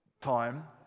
time